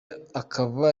akaba